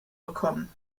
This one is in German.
bekommen